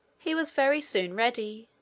he was very soon ready,